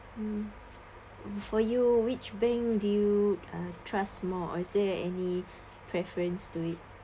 um uh for you which bank do you uh trust more or is there any preference to it